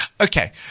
Okay